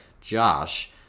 Josh